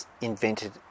invented